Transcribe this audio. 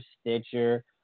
Stitcher